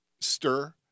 stir